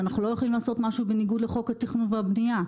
אנחנו לא יכולים לעשות משהו בניגוד לחוק התכנון והבנייה.